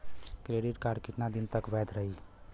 Credit card कितना दिन तक वैध रही?